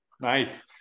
nice